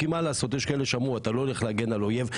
כי מה לעשות, יש כאלה שאמרו לא להגן על אויב.